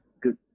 Good